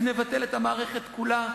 נבטל את המערכת כולה.